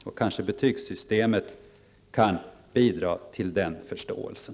Och betygssystemet kan kanske bidra till den förståelsen.